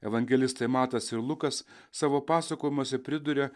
evangelistai matas ir lukas savo pasakojimuose priduria